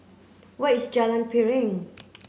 where is Jalan Piring